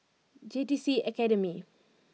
J T C Academy